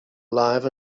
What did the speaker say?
life